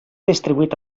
distribuït